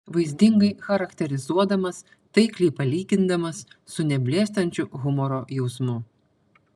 vaizdingai charakterizuodamas taikliai palygindamas su neblėstančiu humoro jausmu